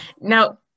Now